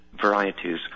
varieties